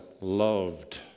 loved